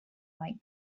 like